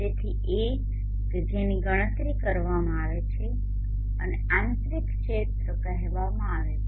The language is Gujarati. તેથી A કે જેની ગણતરી કરવામાં આવે છે તેને આંતરિક ક્ષેત્ર કહેવામાં આવે છે